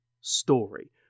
story